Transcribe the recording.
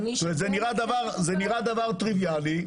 זה נראה דבר טריוויאלי.